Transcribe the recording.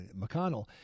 McConnell